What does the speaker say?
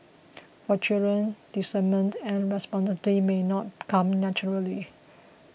for children discernment and responsibility may not come naturally